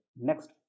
Next